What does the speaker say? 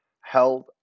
held